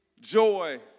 joy